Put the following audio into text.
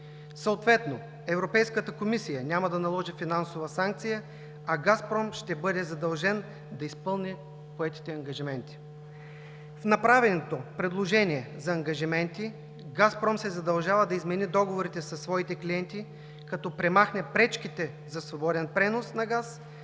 Съответно Европейската комисия няма да наложи финансова санкция, а „Газпром“ ще бъде задължен да изпълни поетите ангажименти. В направеното предложение за ангажименти „Газпром“ се задължава да измени договорите със своите клиенти като премахне пречките за свободен пренос на газ